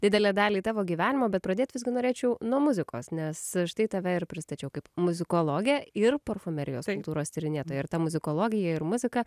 didelę dalį tavo gyvenimo bet pradėt visgi norėčiau nuo muzikos nes štai tave ir pristačiau kaip muzikologę ir parfumerijos kultūros tyrinėtoją ir ta muzikologija ir muzika